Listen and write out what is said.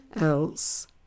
else